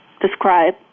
describe